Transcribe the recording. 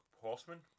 Horseman